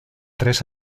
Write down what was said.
tres